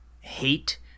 hate